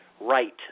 right